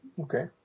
Okay